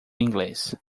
inglês